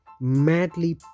madly